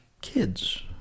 kids